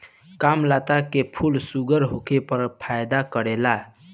कामलता के फूल शुगर होखे पर फायदा करेला